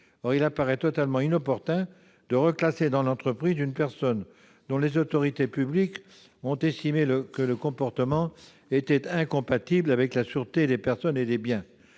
Il apparaît totalement inopportun de reclasser dans l'entreprise une personne dont les autorités publiques ont estimé que le comportement était incompatible avec la sûreté des personnes et des biens.